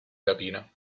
rapina